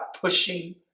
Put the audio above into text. pushing